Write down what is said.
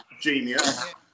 genius